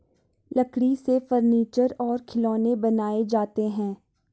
लकड़ी से फर्नीचर और खिलौनें बनाये जाते हैं